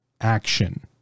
action